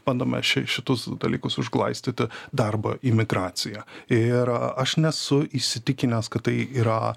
bandome ši šitus dalykus užglaistyti darbo imigracija ir a aš nesu įsitikinęs kad tai yra